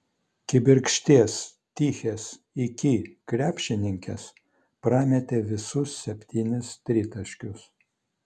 kibirkšties tichės iki krepšininkės prametė visus septynis tritaškius